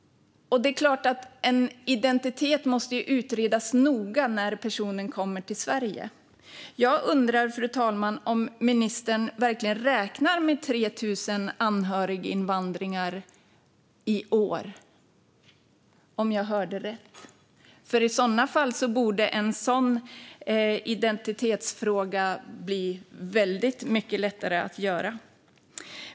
Det är klart att identiteten måste utredas noga när en person kommer till Sverige. Jag undrar, fru talman, om ministern verkligen räknar med 3 000 anhöriginvandrare i år - om jag hörde rätt. I sådana fall borde denna identitetsfråga bli väldigt mycket lättare att lösa.